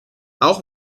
auch